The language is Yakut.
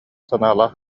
санаалаах